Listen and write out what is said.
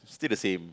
still the same